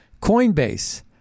Coinbase